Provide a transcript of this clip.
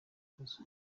ikibazo